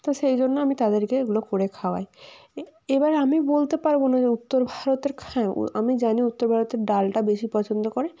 তো সেই জন্য আমি তাদেরকে এগুলো করে খাওয়াই এ এবার আমি বলতে পারবো না যে উত্তর ভারতের হ্যাঁ আমি জানি উত্তর ভারতের ডালটা বেশি পছন্দ করে